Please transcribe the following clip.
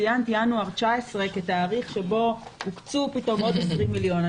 ציינת את ינואר 2019 כתאריך שבו הוקצו פתאום עוד 20 מיליון שקלים.